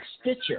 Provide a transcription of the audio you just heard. Stitcher